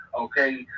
okay